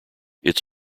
its